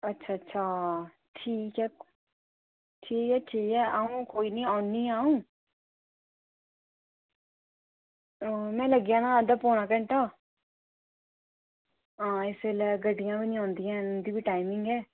अच्छा अच्छा हां ठीक ऐ ठीक ऐ ठीक ऐ अ'ऊं कोई निं औन्नी आं अ'ऊं हां में लग्गी जाना अद्धा पौना घैंटा हां इस बेल्लै गड्डियां बी नेईं आंदियां न उं'दी बी टाइमिंग ऐ